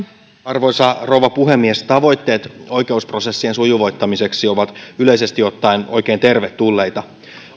arvoisa rouva puhemies tavoitteet oikeusprosessien sujuvoittamiseksi ovat yleisesti ottaen oikein tervetulleita